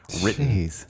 written